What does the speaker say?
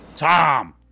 Tom